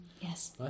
Yes